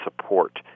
support